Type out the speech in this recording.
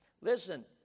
Listen